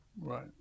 Right